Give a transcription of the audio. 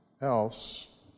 else